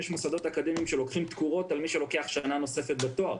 יש מוסדות אקדמיים שלוקחים תקורות על מי שלוקח שנה נוספת בתואר.